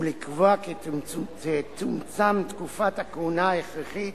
ולקבוע כי תצומצם תקופת הכהונה ההכרחית